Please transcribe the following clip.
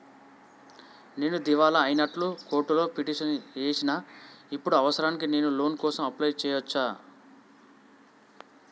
నేను దివాలా అయినట్లు కోర్టులో పిటిషన్ ఏశిన ఇప్పుడు అవసరానికి నేను లోన్ కోసం అప్లయ్ చేస్కోవచ్చా?